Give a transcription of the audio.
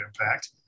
impact